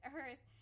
earth